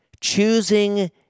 choosing